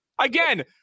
again